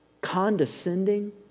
condescending